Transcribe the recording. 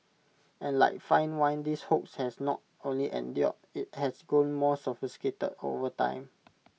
and like fine wine this hoax has not only endured IT has grown more sophisticated over time